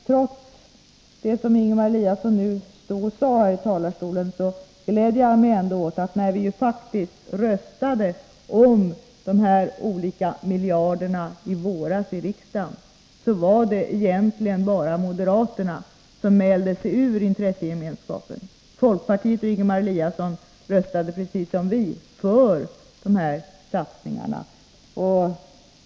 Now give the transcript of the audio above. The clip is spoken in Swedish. Trots det som Ingemar Eliasson nu stod och sade gläder jag mig åt att det egentligen bara var moderaterna som mälde sig ur intressegemenskapen när vii våras i riksdagen röstade om de här miljarderna. Folkpartiet och Ingemar Eliasson röstade, precis som vi, för dessa satsningar.